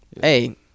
hey